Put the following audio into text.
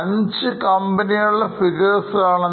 നമ്മൾ അഞ്ച്കമ്പനികളുടെ figures എടുക്കുന്നു